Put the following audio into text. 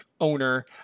Owner